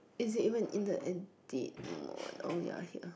is it even in the edit mode oh ya here